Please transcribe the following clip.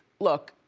look,